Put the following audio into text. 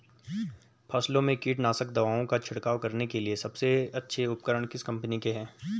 फसलों में कीटनाशक दवाओं का छिड़काव करने के लिए सबसे अच्छे उपकरण किस कंपनी के हैं?